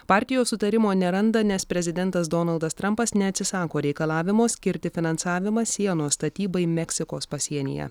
partijos sutarimo neranda nes prezidentas donaldas trampas neatsisako reikalavimo skirti finansavimą sienos statybai meksikos pasienyje